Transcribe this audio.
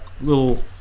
little